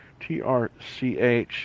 trch